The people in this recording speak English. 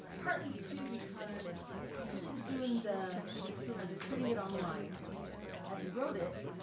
partly too, because because he was doing the experiment of putting it online as he wrote it,